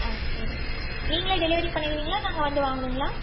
ஆ சரி நீங்களே டெலிவரியும் பண்ணிருவிங்களா நாங்கள் வந்து வாங்கணுங்களா